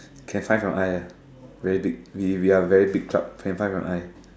can find from eye ah very big we we are very big club can find from eye